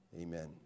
Amen